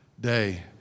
day